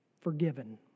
Forgiven